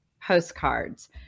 postcards